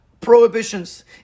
prohibitions